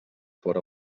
fóra